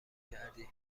کردی